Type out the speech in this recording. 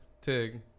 Tig